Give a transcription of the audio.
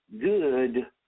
good